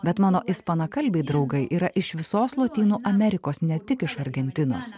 bet mano ispanakalbiai draugai yra iš visos lotynų amerikos ne tik iš argentinos